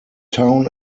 town